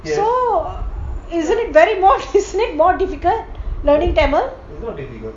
so isn't it very more isn't it more difficult learning tamil